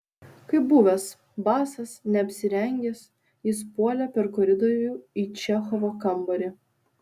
kaip buvęs basas neapsirengęs jis puolė per koridorių į čechovo kambarį